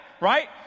right